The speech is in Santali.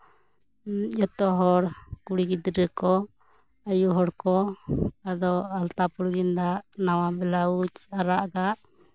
ᱡᱚᱛᱚ ᱦᱚᱲ ᱠᱩᱲᱤ ᱜᱤᱫᱽᱨᱟᱹ ᱠᱚ ᱟᱭᱩ ᱦᱚᱲ ᱠᱚ ᱟᱫᱚ ᱟᱞᱛᱟ ᱯᱟᱹᱲ ᱜᱮᱫᱟᱜ ᱱᱟᱣᱟ ᱵᱞᱟᱩᱡ ᱟᱨᱟᱜ ᱟᱜ